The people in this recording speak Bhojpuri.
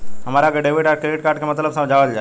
हमरा के डेबिट या क्रेडिट कार्ड के मतलब समझावल जाय?